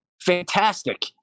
fantastic